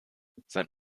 seit